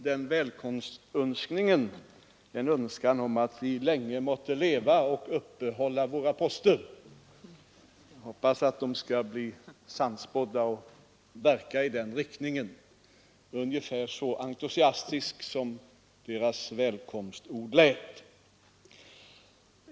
Jag läser däri in en önskan om att vi länge måtte leva och uppehålla våra poster. Jag hoppas att de skall bli sannspådda och att önskningarna skall verka i den riktningen — så entusiastiska lät ju deras välkomstord!